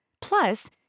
Plus